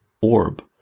orb